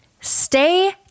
stay